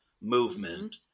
movement